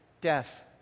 death